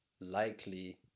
likely